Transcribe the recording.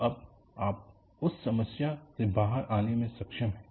तो अब आप उस समस्या से बाहर आने में सक्षम हैं